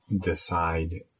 decide